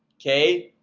okay,